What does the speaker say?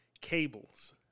cables